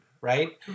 right